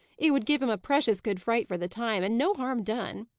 it would give him a precious good fright for the time, and no harm done.